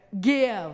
give